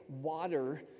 Water